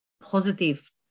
positive